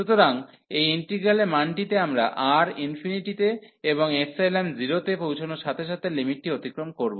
সুতরাং এই ইন্টিগ্রালের মানটিতে আমরা R ∞ তে এবং ϵ 0 তে পৌঁছানোর সাথে সাথে লিমিটটি অতিক্রম করব